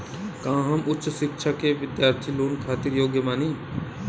का हम उच्च शिक्षा के बिद्यार्थी लोन खातिर योग्य बानी?